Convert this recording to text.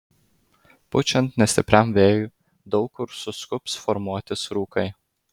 pučiant nestipriam vėjui daug kur suskubs formuotis rūkai